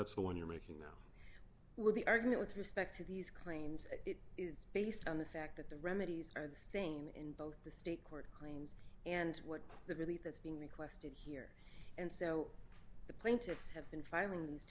that's the one you're making now with the argument with respect to these claims and it's based on the fact that the remedies are the same in both the state court claims and what they believe that's being requested here and so the plaintiffs have been firing these